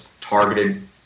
targeted